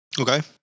Okay